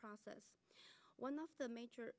process one of the major